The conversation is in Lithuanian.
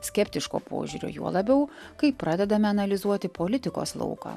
skeptiško požiūrio juo labiau kai pradedame analizuoti politikos lauką